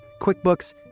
QuickBooks